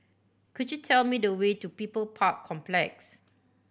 could you tell me the way to People Park Complex